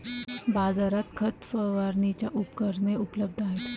बाजारात खत फवारणीची उपकरणे उपलब्ध आहेत